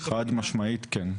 חד משמעית כן.